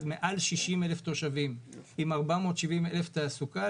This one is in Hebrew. מעל 60,000 תושבים עם 470,000 שטחי תעסוקה,